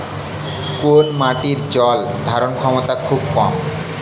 কোন মাটির জল ধারণ ক্ষমতা খুব কম?